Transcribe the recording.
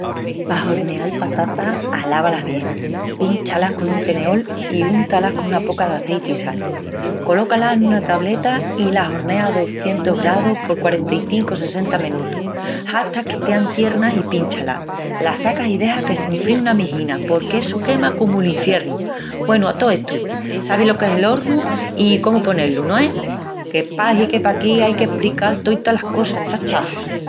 Pa horneal patatas, alava-las bien, píncha-las con un teneol i unta-las con una poca d'azeiti i sal. Coloca-las en una tableta i las horneas a 200°C por 45-60 menutus, hata que estean tiernas al pinchá-las. Las sacas i dexas que s'enfríin una mijina porqu'essu quema comu l'infiernu. Güenu, a tó estu, sabis lo qué es el hornu i comu poné-lu, no es? Que pahi que paquí ai qu'esprical toítas las cosas, chacha!